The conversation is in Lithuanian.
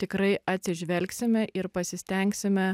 tikrai atsižvelgsime ir pasistengsime